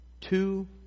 two